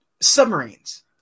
submarines